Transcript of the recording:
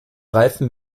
reifen